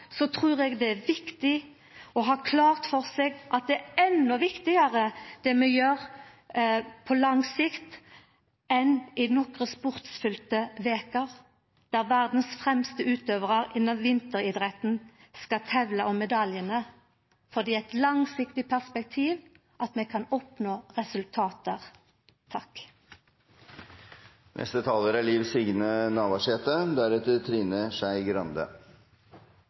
trur eg det er viktig å ha klart for seg at det er enda viktigare det vi gjer på lang sikt enn det vi gjer i nokre sportsfylte veker, der verdas fremste utøvarar innanfor vinteridrett skal tevla om medaljane. Det er i eit langsiktig perspektiv at vi kan oppnå